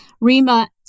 Rima